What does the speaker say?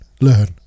learn